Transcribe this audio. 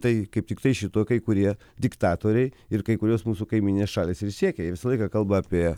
tai kaip tiktai šito kai kurie diktatoriai ir kai kurios mūsų kaimyninės šalys ir siekia visą laiką kalba apie